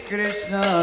Krishna